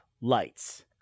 lights